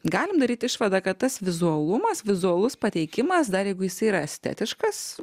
galim daryt išvadą kad tas vizualumas vizualus pateikimas dar jeigu jisai yra estetiškas